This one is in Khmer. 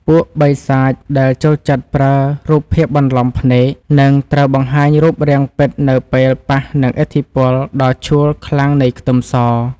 ពួកបិសាចដែលចូលចិត្តប្រើរូបភាពបន្លំភ្នែកនឹងត្រូវបង្ហាញរូបរាងពិតនៅពេលប៉ះនឹងឥទ្ធិពលដ៏ឆួលខ្លាំងនៃខ្ទឹមស។